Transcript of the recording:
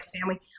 family